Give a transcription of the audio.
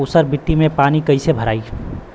ऊसर मिट्टी में पानी कईसे भराई?